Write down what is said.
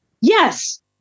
yes